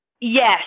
Yes